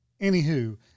anywho